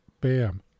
Bam